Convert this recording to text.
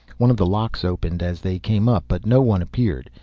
one of the locks opened as they came up but no one appeared.